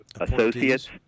associates –